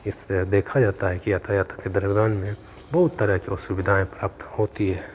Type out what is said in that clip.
इस तरह देखा जाता है कि यातायात के दौरान में बहुत तरह के असुविधाएँ प्राप्त होती हैं